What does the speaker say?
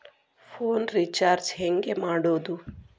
Phone recharge ಹೆಂಗೆ ಮಾಡೋದು?